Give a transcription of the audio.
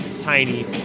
Tiny